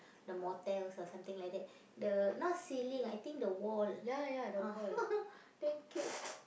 the motels or something like that the not ceiling I think the wall damn cute